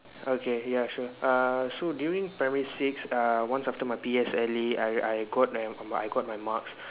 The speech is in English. okay ya sure uh so during primary six uh once after my P_S_L_E I I got the I got my marks